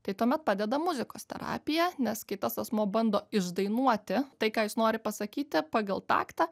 tai tuomet padeda muzikos terapija nes kai tas asmuo bando išdainuoti tai ką jis nori pasakyti pagal taktą